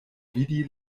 vidi